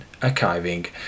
archiving